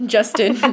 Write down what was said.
Justin